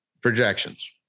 Projections